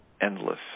endless